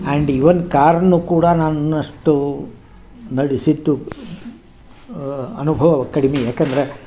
and even ಕಾರ್ನೂ ಕೂಡ ನನ್ನಷ್ಟು ನಡೆಸಿದ್ದು ಅನುಭವ ಕಡಿಮೆ ಯಾಕಂದ್ರೆ